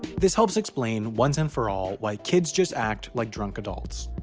this helps explain, once and for all, why kids just act like drunk adults.